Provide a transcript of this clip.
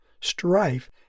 strife